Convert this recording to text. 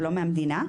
ולא מהמדינה.